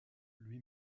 lui